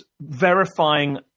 verifying